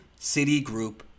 Citigroup